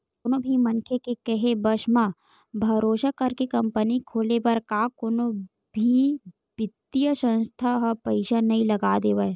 कोनो भी मनखे के केहे बस म, भरोसा करके कंपनी खोले बर का कोनो भी बित्तीय संस्था ह पइसा नइ लगा देवय